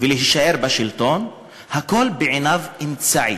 ולהישאר בשלטון הכול בעיניו אמצעי,